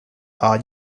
are